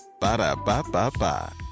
Ba-da-ba-ba-ba